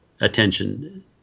attention